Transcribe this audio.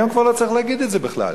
היום לא צריך להגיד את זה בכלל.